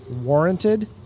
warranted